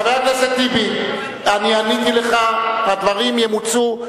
חבר הכנסת טיבי, אני עניתי לך והדברים ימוצו.